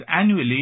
annually